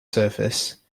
surface